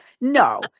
No